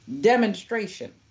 demonstration